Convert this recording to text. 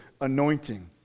anointing